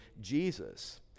Jesus